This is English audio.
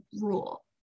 rule